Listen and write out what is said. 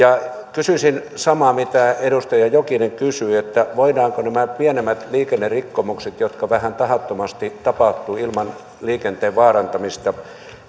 kysyisin samaa mitä edustaja jokinen kysyi voidaanko nämä pienemmät liikennerikkomukset jotka vähän tahattomasti ovat tapahtuneet ilman liikenteen vaarantamista